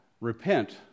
Repent